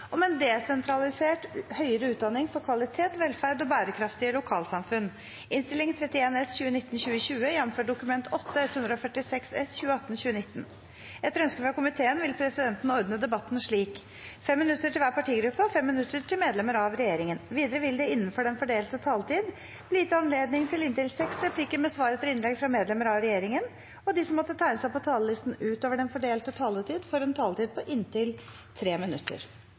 om ordet til sak nr. 2. Etter ønske fra utdannings- og forskningskomiteen vil presidenten ordne debatten slik: 5 minutter til hver partigruppe og 5 minutter til medlemmer av regjeringen. Videre vil det – innenfor den fordelte taletid – bli gitt anledning til inntil seks replikker med svar etter innlegg fra medlemmer av regjeringen, og de som måtte tegne seg på talerlisten utover den fordelte taletid, får en taletid på inntil 3 minutter.